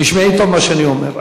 תשמעי טוב מה שאני אומר.